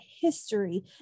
history